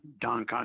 Don